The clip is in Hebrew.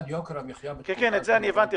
את זה הבנתי,